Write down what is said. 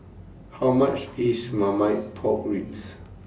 How much IS Marmite Pork Ribs